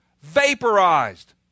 vaporized